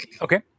okay